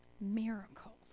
Miracles